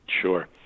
Sure